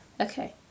okay